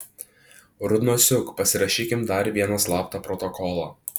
rudnosiuk pasirašykim dar vieną slaptą protokolą